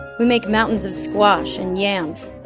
we make mountains of squash and yams.